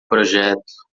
projeto